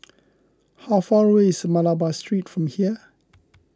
how far away is Malabar Street from here